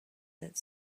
that